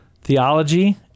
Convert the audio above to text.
theology